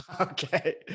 Okay